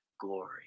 glory